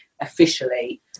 officially